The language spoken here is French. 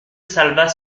salvat